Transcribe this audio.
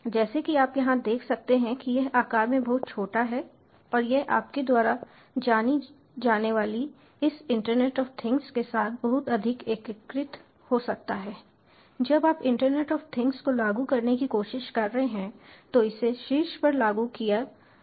जैसा कि आप यहां देख सकते हैं कि यह आकार में बहुत छोटा है और यह आपके द्वारा जानी जाने वाली इस इंटरनेट ऑफ थिंग्स के साथ बहुत अधिक एकीकृत हो सकता है जब आप इंटरनेट ऑफ थिंग्स को लागू करने की कोशिश कर रहे हैं तो इसे शीर्ष पर लागू किया जा सकता है